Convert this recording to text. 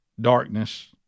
darkness